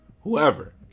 whoever